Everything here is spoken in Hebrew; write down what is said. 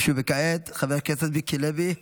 חבר הכנסת מיקי לוי,